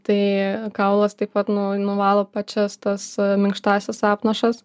tai kaulas taip pat nu nuvalo pačias tas minkštąsias apnašas